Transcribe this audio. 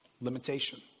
Limitation